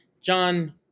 John